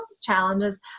challenges